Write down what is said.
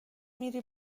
میری